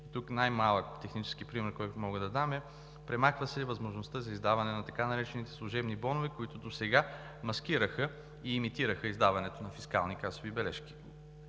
Тук най-малкият технически пример, който мога да дам, е, че се премахва възможността за издаване на така наречените „служебни бонове“, които досега маскираха и имитираха издаването на фискални касови бележки;